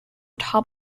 top